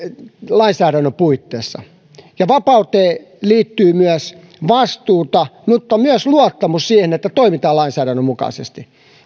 lainsäädännön puitteissa vapauteen liittyy myös vastuuta mutta myös luottamus siihen että toimitaan lainsäädännön mukaisesti